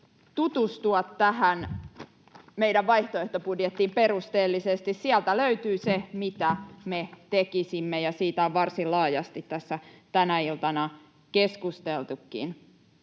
tutustua tähän meidän vaihtoehtobudjettiin perusteellisesti. Sieltä löytyy se, mitä me tekisimme, ja siitä on varsin laajasti tässä tänä iltana keskusteltukin.